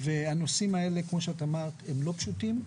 והנושאים האלה כמו שאת אמרת, הם לא פשוטים.